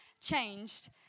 changed